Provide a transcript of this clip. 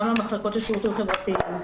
גם למחלקות לשירותים חברתיים,